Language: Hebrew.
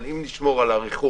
אבל אם נשמור על הריחוק,